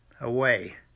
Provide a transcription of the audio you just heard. away